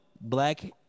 black